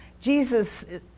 Jesus